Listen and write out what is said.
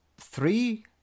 three